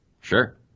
Sure